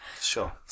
sure